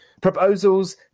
proposals